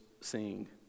sing